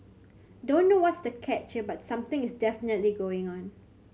don't know what's the catch here but something is definitely going on